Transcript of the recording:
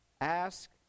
ask